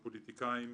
הפוליטיקאים,